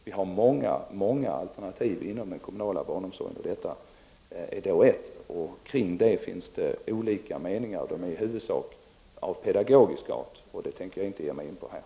Vi har många alternativ inom den kommunala barnomsorgen, och detta är ett. Om den finns det olika meningar, i huvudsak av pedagogisk art, vilka jag inte här tänker gå in på.